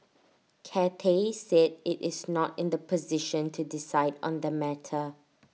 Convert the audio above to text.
Cathay said IT is not in the position to decide on the matter